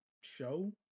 show